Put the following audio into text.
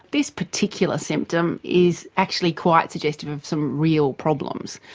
this particular symptom is actually quite suggestive of some real problems.